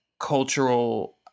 cultural